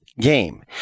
game